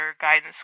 guidance